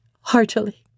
heartily